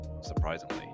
surprisingly